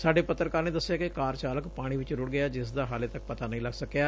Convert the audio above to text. ਸਾਡੇ ਪੱਤਰਕਾਰ ਨੇ ਦੱਸਿਆ ਕਿ ਕਾਰ ਚਾਲਕ ਪਾਣੀ ਵਿਚ ਰੁਤ ਗਿਆ ਜਿਸ ਦਾ ਹਾਲੇ ਤਕ ਪਤਾ ਨਹੀਂ ਲੱਗ ਸਕਿਆ